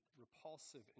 repulsive